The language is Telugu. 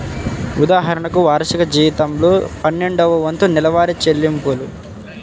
ఉదాహరణకు, వార్షిక జీతంలో పన్నెండవ వంతు నెలవారీ చెల్లింపులు